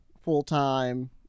full-time